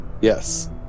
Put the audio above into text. Yes